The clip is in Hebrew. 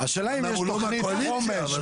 השאלה אם יש תוכנית חומש,